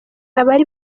abari